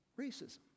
racism